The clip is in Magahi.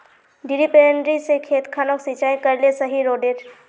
डिरिपयंऋ से खेत खानोक सिंचाई करले सही रोडेर?